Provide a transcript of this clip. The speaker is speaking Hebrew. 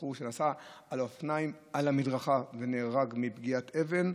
בחור שנסע על אופניים על המדרכה ונהרג מפגיעת אבן,